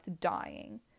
dying